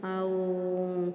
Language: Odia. ଆଉ